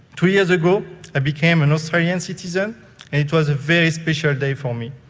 two years ago i became an australian citizen and it was a very special day for me.